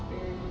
mm